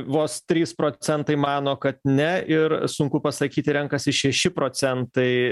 vos trys procentai mano kad ne ir sunku pasakyti renkasi šeši procentai